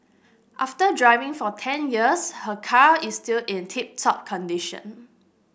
after driving for ten years her car is still in tip top condition